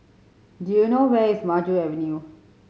do you know where is Maju Avenue